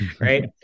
right